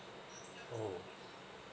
oh